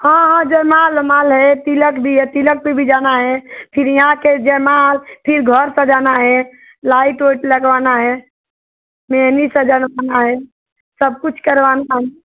हाँ हाँ जयमाल माल है तिलक भी है तिलक पे भी जाना है फिर यहाँ आके जयमाल फिर घर सजाना है लाइट ओइट लगवाना है मेहंदी सजाना है सब कुछ करवाना है